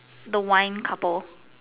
the wine couple